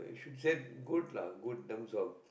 should said good lah good in terms of